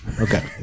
Okay